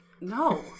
no